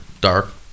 dark